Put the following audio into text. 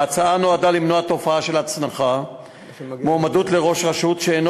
ההצעה נועדה למונע תופעה של הצנחת מועמד לראש רשות שאינו